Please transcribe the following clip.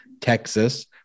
Texas